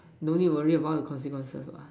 no need worry about the consequences ah